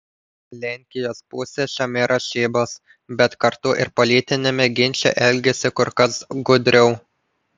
lenkijos pusė šiame rašybos bet kartu ir politiniame ginče elgiasi kur kas gudriau